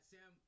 Sam